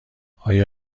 آیا